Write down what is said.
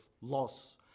loss